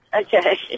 Okay